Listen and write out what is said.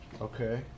Okay